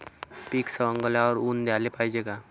पीक सवंगल्यावर ऊन द्याले पायजे का?